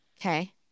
Okay